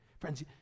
Friends